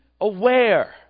aware